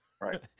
right